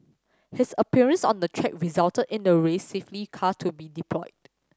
his appearance on the track resulted in the race safety car to be deployed